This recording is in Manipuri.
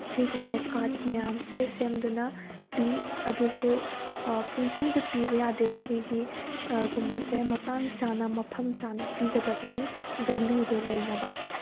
ꯑꯁꯤꯒꯨꯝꯕ ꯀꯥꯔꯠ ꯃꯌꯥꯝꯁꯦ ꯁꯦꯝꯗꯨꯅ ꯄꯤ ꯑꯗꯨꯁꯨ ꯄꯨꯡꯄꯤꯗ ꯄꯤꯕ ꯌꯥꯗꯦ ꯁꯤꯒꯤ ꯒꯨꯝꯕꯁꯦ ꯃꯇꯥꯡ ꯆꯥꯅ ꯃꯐꯝ ꯆꯥꯅ ꯄꯤꯒꯗꯕꯅꯤ ꯚꯦꯂꯨꯗꯣ ꯂꯩꯅꯕ